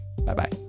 Bye-bye